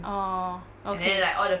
orh okay